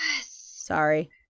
sorry